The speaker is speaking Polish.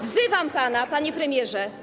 Wzywam pana, panie premierze.